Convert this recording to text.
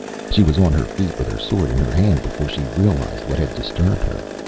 she was on her feet with her sword in her hand before she realized what had disturbed her.